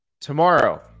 tomorrow